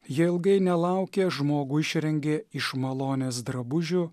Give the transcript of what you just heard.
jie ilgai nelaukė žmogų išrengė iš malonės drabužių